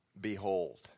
Behold